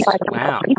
wow